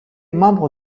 membre